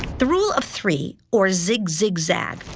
the rule of three, or zig zig zag.